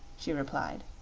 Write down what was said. she replied.